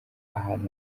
ahantu